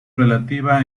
relativa